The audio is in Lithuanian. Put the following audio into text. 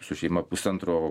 su šeima pusantro